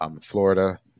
Florida